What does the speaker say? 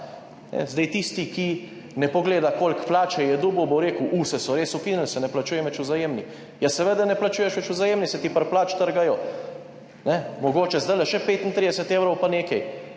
Zdaj tisti, ki ne pogleda koliko plače je dobil, bo rekel: »Saj so res ukinili, se ne plačujem več Vzajemni.« Ja, seveda ne plačuješ več Vzajemni, saj ti pri plači trgajo, mogoče zdaj še 35 evrov pa nekaj.